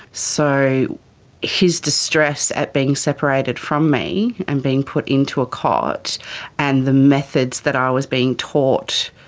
so his distress at being separated from me and being put into a cot and the methods that i was being taught,